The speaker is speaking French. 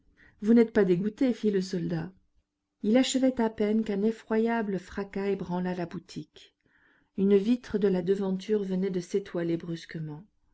vous n'êtes pas dégoûté fit le soldat il achevait à peine qu'un effroyable fracas ébranla la boutique une vitre de la devanture venait de s'étoiler brusquement